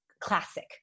classic